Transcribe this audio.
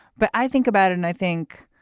but i think about it. and i think,